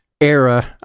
era